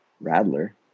Rattler